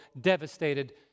devastated